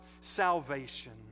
salvation